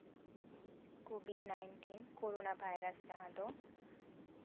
covid nineteen corona virus ᱡᱟᱦᱟᱸ ᱫᱚ